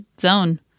zone